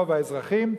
רוב האזרחים.